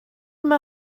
mae